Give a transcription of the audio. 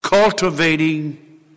Cultivating